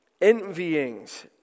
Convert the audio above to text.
Envyings